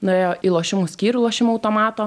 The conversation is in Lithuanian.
nuėjo į lošimų skyrių lošimo automato